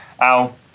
Al